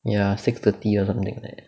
ya six thirty or something like that